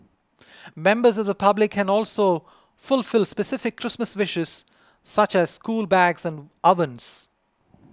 members the public can also fulfil specific Christmas wishes such as school bags and ovens